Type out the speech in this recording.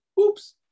Oops